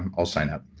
i'll sign up.